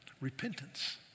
repentance